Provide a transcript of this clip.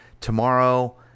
Tomorrow